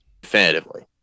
Definitively